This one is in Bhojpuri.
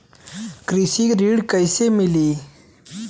कृषि ऋण कैसे मिली?